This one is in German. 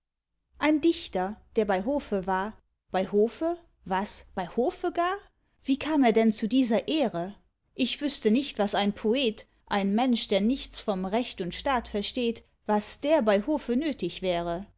ein dichter der bei hofe war bei hofe was bei hofe gar wie kam er denn zu dieser ehre ich wüßte nicht was ein poet ein mensch der nichts vom recht und staat versteht was der bei hofe nötig wäre